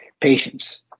patients